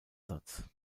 satz